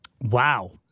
Wow